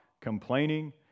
complaining